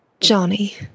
Johnny